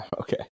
Okay